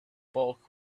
bulk